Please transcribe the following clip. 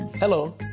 Hello